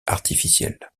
artificielle